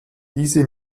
diese